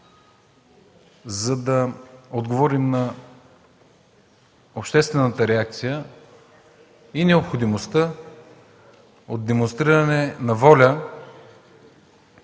за да отговорим на обществената реакция и необходимостта от демонстриране на воля